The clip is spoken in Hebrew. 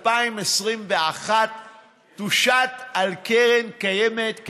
ב-2021 תושת על קרן קיימת,